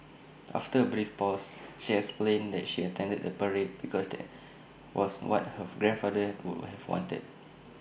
after A brief pause she explained that she attended the parade because that was what her grandfather would have wanted